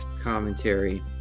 commentary